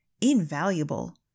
invaluable